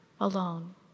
alone